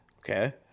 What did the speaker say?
Okay